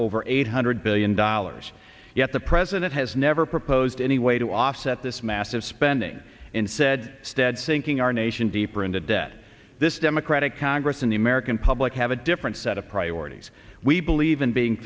over eight hundred billion dollars yet the president has never proposed any way to offset this massive spending in said stead sinking our nation deeper into debt this democratic congress and the american public have a different set of priorities we believe in being